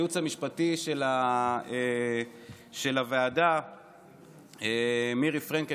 הייעוץ המשפטי של הוועדה ומירי פרנקל,